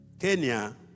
Kenya